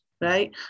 right